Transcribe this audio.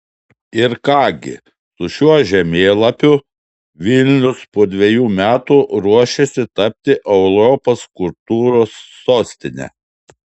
ir ką gi su šiuo žemėlapiu vilnius po dviejų metų ruošiasi tapti europos kultūros sostine